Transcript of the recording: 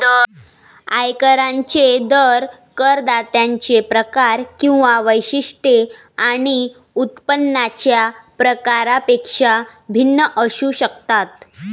आयकरांचे दर करदात्यांचे प्रकार किंवा वैशिष्ट्ये आणि उत्पन्नाच्या प्रकारापेक्षा भिन्न असू शकतात